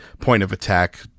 point-of-attack